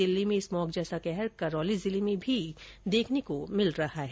दिल्ली में स्मॉग जैसा कहर करौली जिले में भी देखने को मिल रहा है